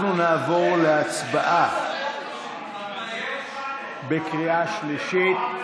אנחנו נעבור להצבעה בקריאה שלישית.